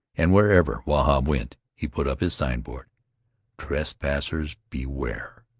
and wherever wahb went he put up his sign-board trespassers beware!